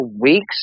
weeks